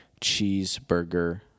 cheeseburger